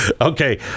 Okay